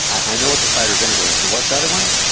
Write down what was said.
i know what the cider vinegar is but what's the other one?